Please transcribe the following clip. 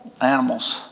animals